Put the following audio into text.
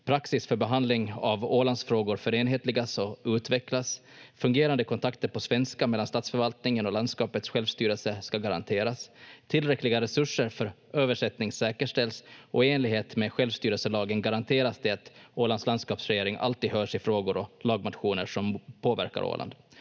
Praxis för behandling av Ålandsfrågor förenhetligas och utvecklas. Fungerande kontakter på svenska mellan statsförvaltningen och landskapets självstyrelse ska garanteras. Tillräckliga resurser för översättning säkerställs, och i enlighet med självstyrelselagen garanteras det att Ålands landskapsregering alltid hörs i frågor och lagmotioner som påverkar Åland.